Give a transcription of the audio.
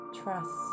Trust